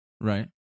Right